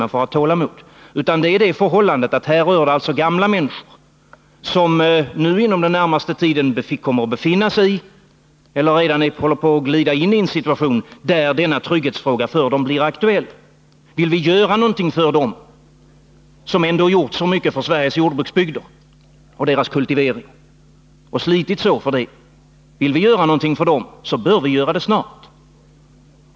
Man får ha tålamod. Det som gör mig otålig är i stället det förhållandet att det här rör gamla människor, som inom den närmaste tiden kommer att befinna sig i — eller redan nu håller på att glida in i — en situation där denna trygghetsfråga blir aktuell för dem. Vill vi göra någonting för dem, som ändå gjort så mycket för Sveriges jordbruksbygder och deras kultivering och slitit så för detta, då bör vi göra det snart.